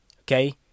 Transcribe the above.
Okay